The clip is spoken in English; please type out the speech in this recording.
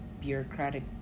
bureaucratic